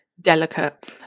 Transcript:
delicate